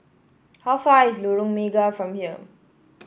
how far away is Lorong Mega from here